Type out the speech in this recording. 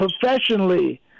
professionally